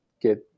get